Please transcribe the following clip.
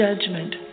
judgment